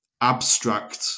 abstract